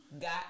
got